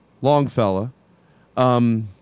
Longfellow